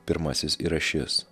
pirmasis yra šis